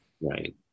Right